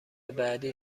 بعدی